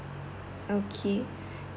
okay